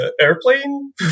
airplane